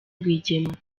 rwigema